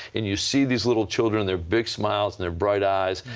and you see these little children, their big smiles and their bright eyes,